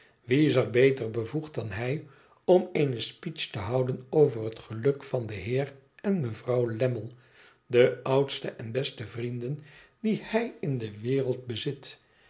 wie is beter bevoegd dan hij om eene speech te houden over het geluk van den heer en mevrouw lammie de oudste en beste vrienden die hij in de wereld bezit